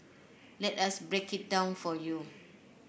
let us break it down for you